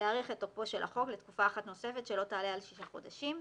להאריך את תוקפו של החוק לתקופה אחת נוספת שלא תעלה על שישה חודשים.